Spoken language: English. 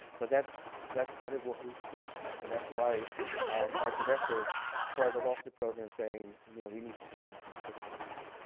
but that's that's kind of what we see. and that's why our director started off the program saying you know we need to do something to fix this.